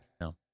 No